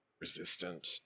resistant